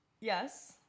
Yes